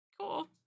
cool